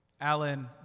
Alan